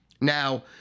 Now